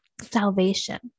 salvation